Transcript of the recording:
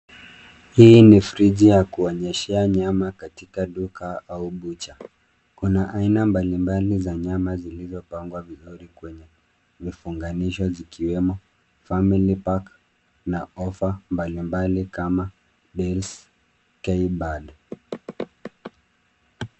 Hii ni friji ya kuonyeshea nyama katika duka au bucha. Kuna aina mbali mbali za nyama zilizopangwa vizuri tayari kwenye vifunganisho zikiwemo family pack na ofa mbali mbali kama meals k bird